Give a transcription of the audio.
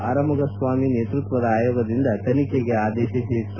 ಅರಮುಗಸ್ವಾಮಿ ನೇತೃತ್ತದ ಆಯೋಗದಿಂದ ತನಿಖೆಗೆ ಆದೇಶಿಸಿತ್ತು